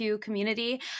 community